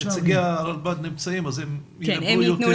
נציגי הרלב"ד נמצאים אז הם ידברו יותר --- כן.